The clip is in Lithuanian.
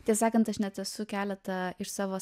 tiesą sakant aš net esu keletą iš savo